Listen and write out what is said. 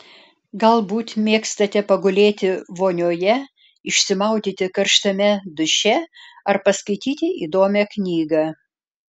galbūt mėgstate pagulėti vonioje išsimaudyti karštame duše ar paskaityti įdomią knygą